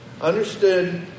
understood